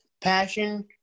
Passion